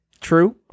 True